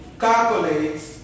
calculate